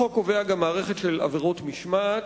החוק קובע גם מערכת של עבירות משמעת.